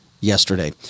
yesterday